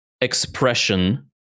expression